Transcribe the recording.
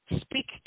speak